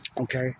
okay